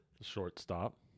Shortstop